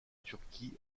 turquie